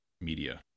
media